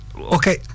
okay